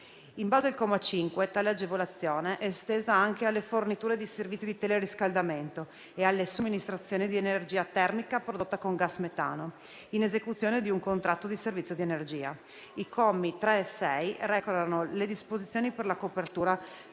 In base al comma 5, tale agevolazione è estesa anche alle forniture di servizi di teleriscaldamento e alle somministrazioni di energia termica prodotta con gas metano in esecuzione di un contratto di servizio energia. I commi 3 e 6 recano le disposizioni per la copertura